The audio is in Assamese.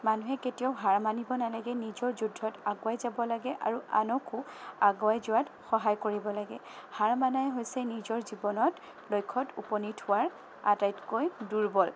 মানুহে কেতিয়াও হাৰ মানিব নালাগে নিজৰ যুদ্ধত আগুৱাই যাব লাগে আৰু আনকো আগুৱাই যোৱাত সহায় কৰিব লাগে হাৰ মনাই হৈছে নিজৰ জীৱনত লক্ষ্যত উপনীত হোৱাৰ আটাইতকৈ দূৰ্বল